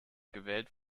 gewählt